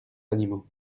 animaux